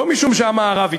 לא משום שהמערב התנגד.